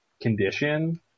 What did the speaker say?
condition